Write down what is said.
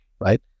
right